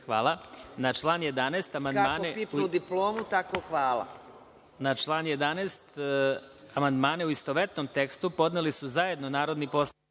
Hvala. Na član 15. amandmane, u istovetnom tekstu, podneli su zajedno narodni poslanici